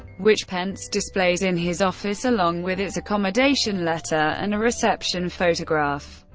which pence displays in his office along with its accommodation letter and a reception photograph.